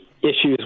issues